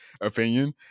opinion